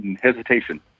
hesitation